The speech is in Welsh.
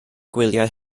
gwyliau